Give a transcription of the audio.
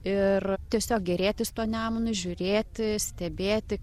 ir tiesiog gėrėtis tuo nemunu žiūrėti stebėti